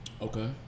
Okay